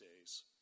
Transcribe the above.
days